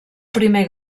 primer